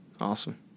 awesome